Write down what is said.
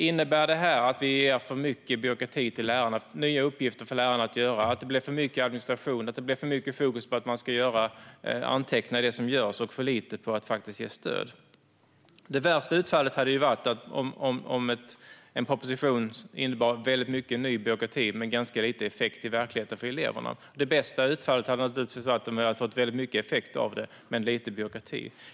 Innebär förslaget att vi ger för många nya arbetsuppgifter till lärarna, att det blir för mycket administration och för mycket fokus på att anteckna det som görs och för lite på att ge stöd? Det värsta utfallet skulle vara om en proposition innebär mycket ny byråkrati men lite effekt i verkligheten för eleverna. Det bästa utfallet skulle naturligtvis vara om det blir mycket effekt men lite byråkrati.